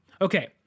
Okay